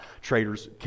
traders